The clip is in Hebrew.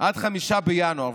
עד 5 בינואר.